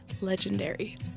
legendary